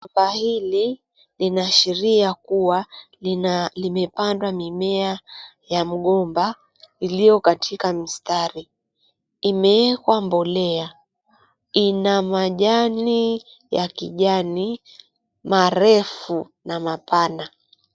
Shamba hili linaashiria limepandwa mimea ya mgomba iliyo katika msitari. Imewekwa mbolea, ina majani ya kijani marefu na mapana.